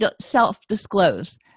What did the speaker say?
self-disclose